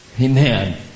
Amen